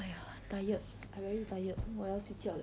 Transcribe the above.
!aiya! tired I very tired 我要睡觉了